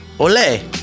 Ole